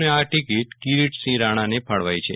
અને આ ટીકીટ કિરીટસિંહ રાણાને ફાળવાઈ છે